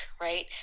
right